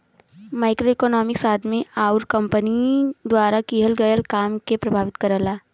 macroeconomics आदमी आउर company द्वारा किहल गयल काम के प्रभावित करला